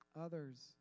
others